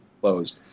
closed